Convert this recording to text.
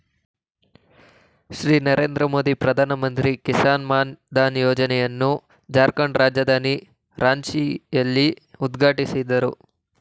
ಶ್ರೀ ನರೇಂದ್ರ ಮೋದಿಯು ಪ್ರಧಾನಮಂತ್ರಿ ಕಿಸಾನ್ ಮಾನ್ ಧನ್ ಯೋಜನೆಯನ್ನು ಜಾರ್ಖಂಡ್ ರಾಜಧಾನಿ ರಾಂಚಿಯಲ್ಲಿ ಉದ್ಘಾಟಿಸಿದರು